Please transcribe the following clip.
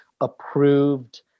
approved